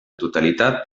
totalitat